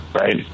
right